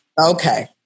Okay